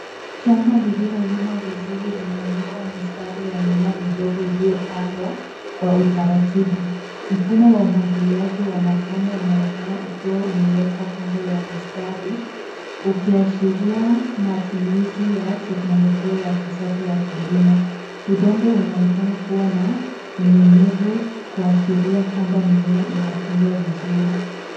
Shamba lililolimwa vizuri linaonyesha mistari ya mimea midogo iliyopandwa kwa utaratibu. Mfumo wa umwagiliaji wa matone unaonekana ukiwa umewekwa kando ya mistari ukiashiria matumizi ya teknolojia ya kisasa ya kilimo. Udongo unaonekana kuwa na unyenyevu kuashiria kwamba mimea inatunzwa vizuri.